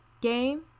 game